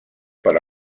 per